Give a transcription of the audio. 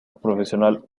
profesional